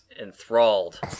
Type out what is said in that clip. enthralled